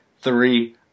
three